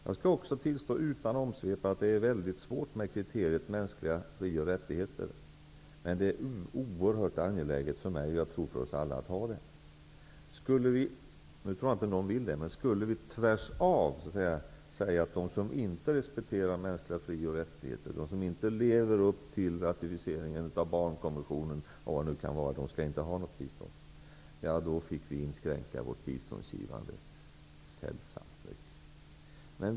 Jag skall också utan omsvep tillstå att det är svårt med kriteriet mänskliga fri och rättigheter. Men det är oerhört angeläget för mig och för oss alla. Om vi över hela linjen skulle säga att de som inte respekterar mänskliga fri och rättigheter och inte lever upp till ratificeringen av barnkonventionen osv., inte skall få något bistånd, då fick vi inskränka vårt biståndsgivande sällsamt mycket. Nu tror jag inte att någon vill det.